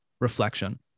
reflection